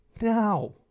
now